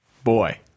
Boy